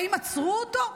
האם עצרו אותו?